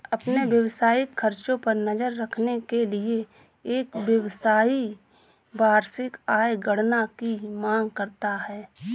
अपने व्यावसायिक खर्चों पर नज़र रखने के लिए, एक व्यवसायी वार्षिक आय गणना की मांग करता है